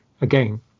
again